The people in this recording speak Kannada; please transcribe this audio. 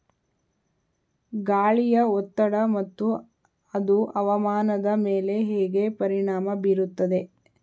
ಗಾಳಿಯ ಒತ್ತಡ ಮತ್ತು ಅದು ಹವಾಮಾನದ ಮೇಲೆ ಹೇಗೆ ಪರಿಣಾಮ ಬೀರುತ್ತದೆ?